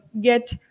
get